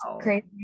crazy